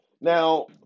Now